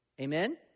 Amen